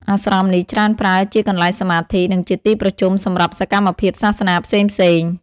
អាស្រមនេះច្រើនប្រើជាកន្លែងសមាធិ និងជាទីប្រជុំសម្រាប់សកម្មភាពសាសនាផ្សេងៗ។